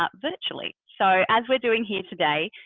ah virtually. so as we're doing here today,